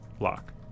lock